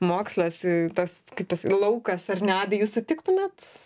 mokslas tas kitas laukas ar ne jūs sutiktumėt